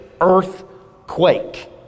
earthquake